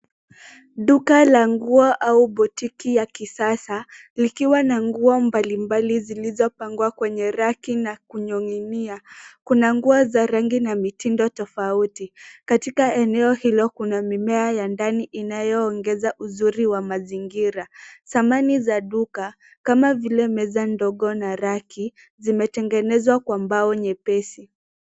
Duka la nguo au boutique ya kisasa likiwa na nguo mbalimbali zilizopangwa kwenye rack na kuning'inia. Kuna nguo za rangi na mitindo tofauti. Katika eneo hilo kuna mimea ya ndani inayoongeza uzuri wa mazingira. Samani za duka kama vile meza ndogo na rack zimetengenezwa kwa mbao nyepesi.